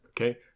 okay